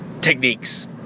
techniques